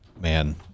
man